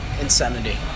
Insanity